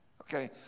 Okay